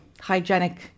hygienic